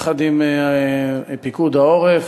יחד עם פיקוד העורף,